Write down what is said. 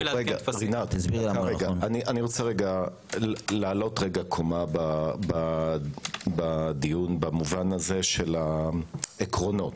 אני רוצה לעלות קומה בדיון במובן הזה של העקרונות.